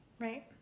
Right